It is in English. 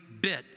bit